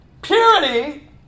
Purity